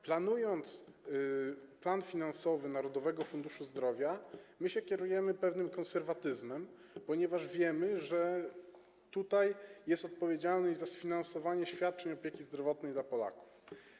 Planując plan finansowy Narodowego Funduszu Zdrowia, kierujemy się pewnym konserwatyzmem, ponieważ wiemy, że tutaj jest odpowiedzialność za sfinansowanie świadczeń opieki zdrowotnej dla Polaków.